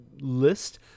list